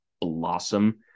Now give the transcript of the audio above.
blossom